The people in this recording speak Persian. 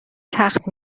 تخت